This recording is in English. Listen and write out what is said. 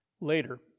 Later